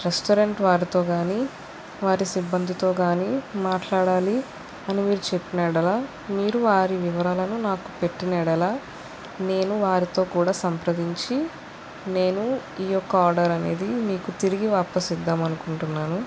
restaurant వారితో కాని వారి సిబ్బందితో కాని మాట్లాడాలి అని మీరు చెప్పిన యెడల మీరు వారి వివరాలను నాకు పెట్టిన యెడల నేను వారితో కూడా సంప్రదించి నేను ఈ యొక్క ఆర్డర్ అనేది మీకు తిరిగి వాపసు ఇద్దాం అనుకుంటున్నాను